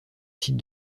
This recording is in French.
site